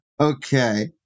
okay